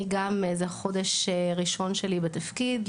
זה חודש ראשון שלי בתפקיד.